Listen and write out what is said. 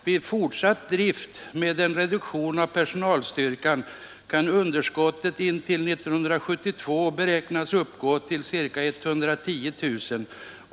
Vid fortsatt drift med viss reduktion av personalstyrkan kan underskottet intill år 1972 beräknas uppgå till ca 110 000 kr.